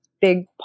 big